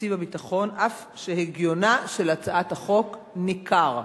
תקציב הביטחון, אף שהגיונה של הצעת החוק ניכר.